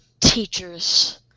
teachers